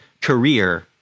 Career